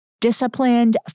disciplined